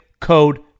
code